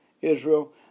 Israel